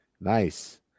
Nice